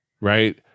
right